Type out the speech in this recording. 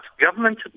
government